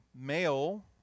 male